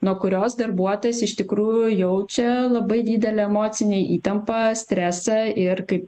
nuo kurios darbuotojas iš tikrųjų jaučia labai didelę emocinę įtampą stresą ir kaip